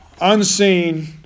unseen